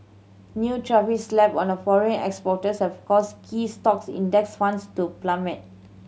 new tariffs slapped on foreign exporters have caused key stock Index Funds to plummet